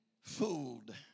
fooled